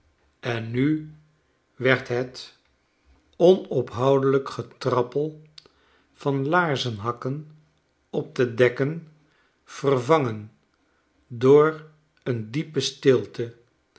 en nu werd het onophoudelijk getrappel van laarzenhakken op de dekken vervangen door een diepe stilte